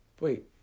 Wait